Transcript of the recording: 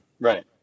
right